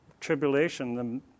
tribulation